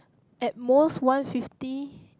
at most one fifty